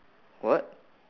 what